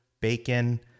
bacon